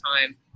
time